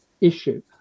issue